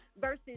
versus